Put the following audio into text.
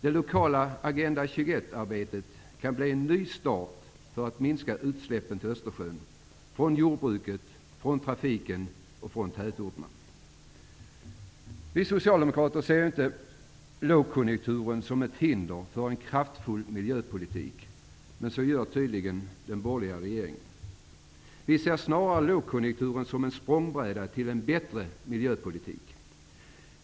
Det lokala Agenda 21-arbetet kan bli en ny start för att minska utsläppen i Östersjön från jordbruket, från trafiken och från tätorterna. Vi socialdemokrater ser inte lågkonjunkturen som ett hinder för en kraftfull miljöpolitik -- men det gör tydligen den borgerliga regeringen. Vi ser snarare lågkonjunkturen som en språngbräda till en bättre miljöpolitik.